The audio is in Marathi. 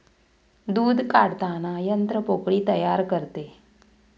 दूध काढताना यंत्र पोकळी तयार करते